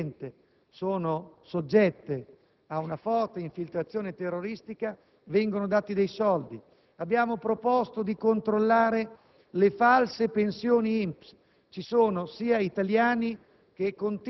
Alle moschee, che ormai - mi sembra evidente - sono soggette ad una forte infiltrazione terroristica, vengono dati soldi. Abbiamo proposto di controllare le false pensioni INPS.